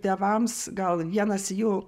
tėvams gal vienas jų